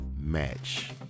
match